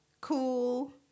cool